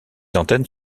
antennes